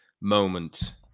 moment